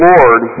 Lord